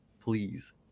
Please